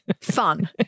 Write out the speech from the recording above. fun